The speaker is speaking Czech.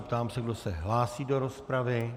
Ptám se, kdo se hlásí do rozpravy.